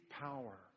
power